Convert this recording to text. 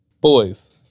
boys